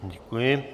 Děkuji.